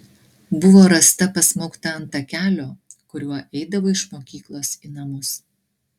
buvo rasta pasmaugta ant takelio kuriuo eidavo iš mokyklos į namus